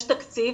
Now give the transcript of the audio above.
יש תקציב,